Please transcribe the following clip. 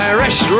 Irish